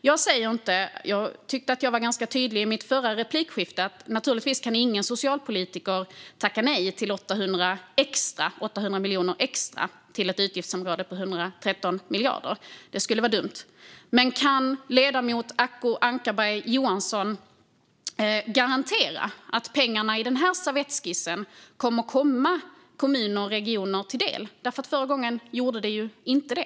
Jag tyckte att jag var tydlig i mitt förra replikskifte om att naturligtvis ingen socialpolitiker kan tacka nej till 800 miljoner extra till ett utgiftsområde på 113 miljarder. Det skulle vara dumt. Men kan ledamoten Acko Ankarberg Johansson garantera att pengarna i denna servettskiss kommer att komma kommuner och regioner till del? Förra gången gjorde de ju inte det.